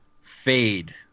Fade